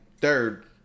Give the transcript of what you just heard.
third